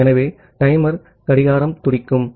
ஆகவே டைமர் கடிகாரம் துடிக்கும்